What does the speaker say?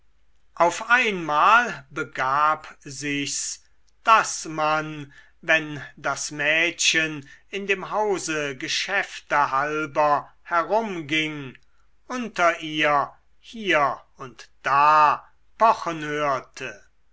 auf einmal begab sich's daß man wenn das mädchen in dem hause geschäfte halber herumging unter ihr hier und da pochen hörte